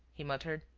he muttered.